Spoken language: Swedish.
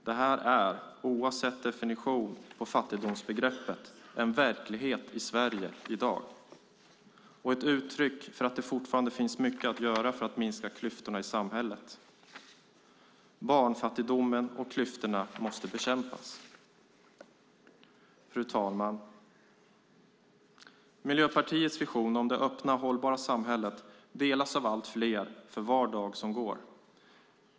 Det här är - oavsett definition av fattigdomsbegreppet - en verklighet i Sverige i dag och ett uttryck för att det fortfarande finns mycket att göra för att minska klyftorna i samhället. Barnfattigdomen och klyftorna måste bekämpas. Fru talman! Miljöpartiets vision om det öppna hållbara samhället delas av allt fler för var dag som går.